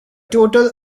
total